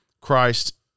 Christ